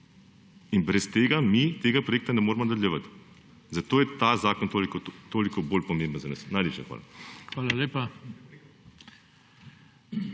In brez tega mi tega projekta ne moremo nadaljevati. Zato je ta zakon toliko bolj pomemben za nas. Najlepša hvala.